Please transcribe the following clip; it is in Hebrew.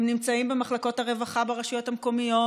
הם נמצאים במחלקות הרווחה ברשויות המקומיות,